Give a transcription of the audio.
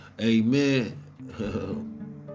Amen